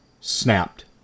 snapped